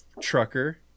trucker